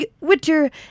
winter